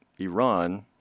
Iran